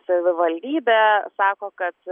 savivaldybė sako kad